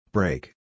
Break